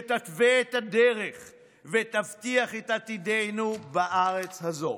שתתווה את הדרך ותבטיח את עתידנו בארץ הזו.